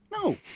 No